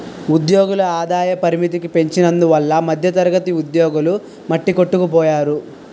ఉద్యోగుల ఆదాయ పరిమితికి పెంచనందువల్ల మధ్యతరగతి ఉద్యోగులు మట్టికొట్టుకుపోయారు